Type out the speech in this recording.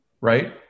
right